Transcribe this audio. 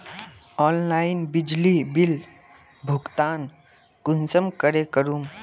Online बिजली bill भुगतान कुंसम करे करूम?